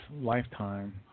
lifetime